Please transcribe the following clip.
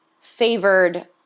favored